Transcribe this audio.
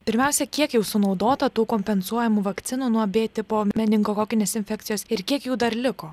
pirmiausia kiek jau sunaudota tų kompensuojamų vakcinų nuo b tipo meningokokinės infekcijos ir kiek jų dar liko